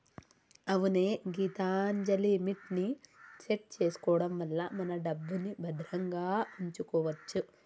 అవునే గీతాంజలిమిట్ ని సెట్ చేసుకోవడం వల్ల మన డబ్బుని భద్రంగా ఉంచుకోవచ్చు